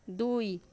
দুই